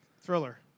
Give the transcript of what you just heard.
Thriller